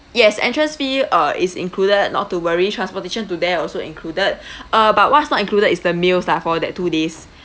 yes entrance fee uh is included not to worry transportation to there also included uh but what's not included is the meals lah for that two days